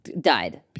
Died